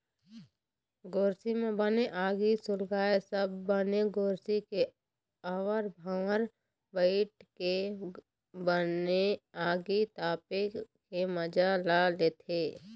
गोरसी म बने आगी सुलगाके सब बने गोरसी के आवर भावर बइठ के बने आगी तापे के मजा ल लेथे